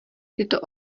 tyto